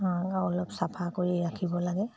অলপ চাফা কৰি ৰাখিব লাগে